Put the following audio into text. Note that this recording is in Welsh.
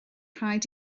rhaid